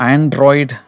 Android